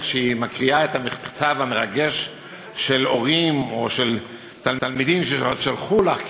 איך שהיא מקריאה את המכתב המרגש של הורים או של תלמידים ששלחו לך,